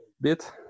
bit